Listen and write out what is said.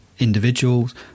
individuals